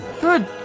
Good